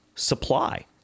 supply